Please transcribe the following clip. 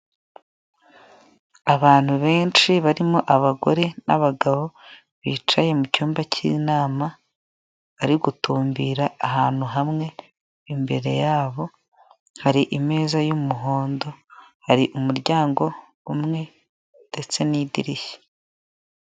Abantu benshi barimo abagore n'abagabo bicaye mu cyumba cy'inama bari gutumbira ahantu hamwe. Imbere yabo hari imeza y'umuhondo, hari umuryango umwe ndetse n'idirishya.